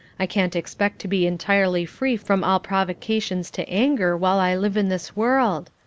i can't expect to be entirely free from all provocations to anger while i live in this world.